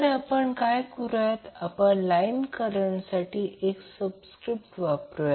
तर आपण काय करुया आपण लाईन करंटसाठी एकच सबस्क्रिप्ट वापरूया